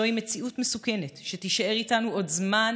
זוהי מציאות מסוכנת שתישאר איתנו עוד זמן